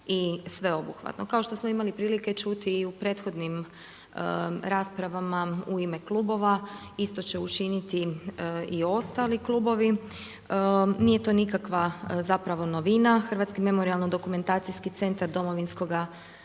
i sveobuhvatno. Kao što smo imali prilike čuti i u prethodnim raspravama u ime klubova isto će učiniti i ostali klubovi. Nije to nikakva zapravo novina, Hrvatski memorijalno-dokumentacijski centara Domovinskog